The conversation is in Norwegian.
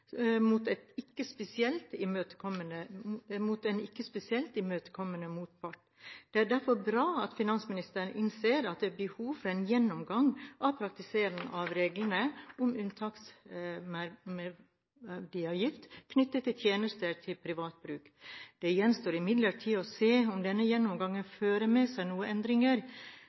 mot en ikke spesielt imøtekommende motpart. Det er derfor bra at finansministeren innser at det er behov for en gjennomgang av praktisering av reglene om uttaksmerverdiavgift knyttet til tjenester til privat bruk. Det gjenstår imidlertid å se om denne gjennomgangen fører med seg noen endringer.